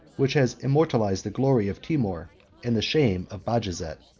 which has immortalized the glory of timour and the shame of bajazet.